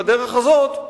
בדרך הזאת,